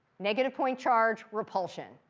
negative point charge repulsion.